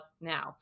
now